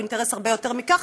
הוא אינטרס הרבה יותר מכך.